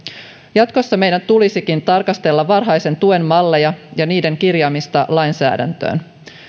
jatkossa meidän tulisikin tarkastella varhaisen tuen malleja ja niiden kirjaamista lainsäädäntöön